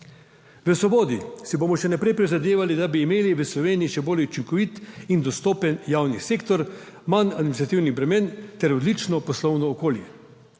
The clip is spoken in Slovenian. V Svobodi si bomo še naprej prizadevali, da bi imeli v Sloveniji še bolj učinkovit in dostopen javni sektor, manj administrativnih bremen ter odlično poslovno okolje.